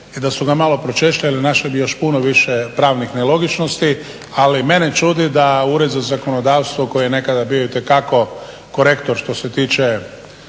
i da su ga malo pročešljali našli bi još puno više pravnih nelogičnosti. Ali mene čudi da Ured za zakonodavstvo koji je nekada bio itekako korektor što se tiče